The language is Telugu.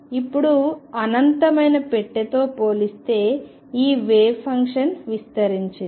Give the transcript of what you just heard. ఇప్పుడు అనంతమైన పెట్టెతో పోలిస్తే ఈ వేవ్ ఫంక్షన్ విస్తరించింది